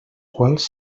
quals